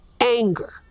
anger